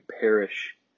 perish